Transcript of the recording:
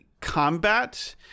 combat